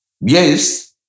Yes